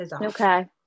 Okay